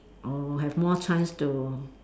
or have more chance to